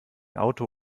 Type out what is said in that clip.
auto